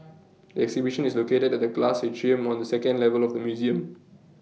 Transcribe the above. the exhibition is located at the glass atrium on the second level of the museum